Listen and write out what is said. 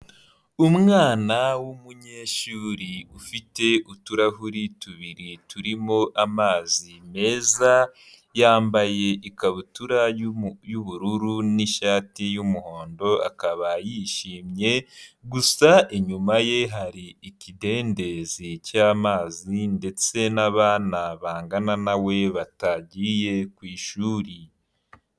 Umwana w'umunyeshuri ufite uturahuri tubiri turimo amazi meza, yambaye ikabutura y'ubururu n'ishati y'umuhondo akaba yishimye, gusa inyuma ye hari ikidendezi cy'amazi ndetse n'abana bangana na we batagiye ku ishuri.